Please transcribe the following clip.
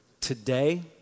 Today